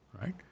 right